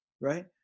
Right